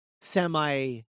semi